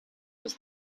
was